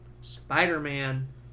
Spider-Man